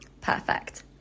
Perfect